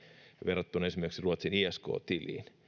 verrattuna esimerkiksi ruotsin isk tiliin se